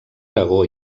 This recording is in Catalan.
aragó